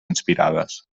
inspirades